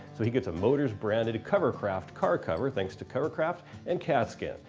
so he gets a motorz branded covercraft car cover thanks to covercraft and katzkin.